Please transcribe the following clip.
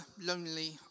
lonely